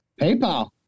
PayPal